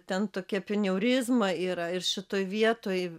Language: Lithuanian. ten tokia peniaurizma yra ir šitoj vietoj